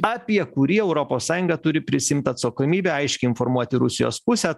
apie kurį europos sąjunga turi prisiimt atsakomybę aiškiai informuoti rusijos pusę